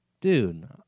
dude